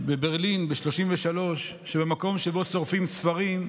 בברלין ב-1933 שבמקום שבו שורפים ספרים,